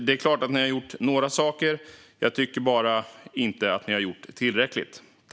Det är klart att ni har gjort några saker. Jag tycker bara inte att ni har gjort tillräckligt.